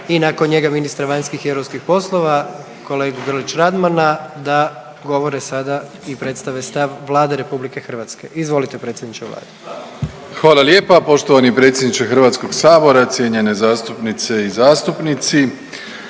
i nakon njega ministra vanjskih i europskih poslova kolegu Grlić Radmana da govore sada i predstave stav Vlade RH, izvolite predsjedniče vlade. **Plenković, Andrej (HDZ)** Hvala lijepa poštovani predsjedniče HS, cijenjene zastupnice i zastupnici.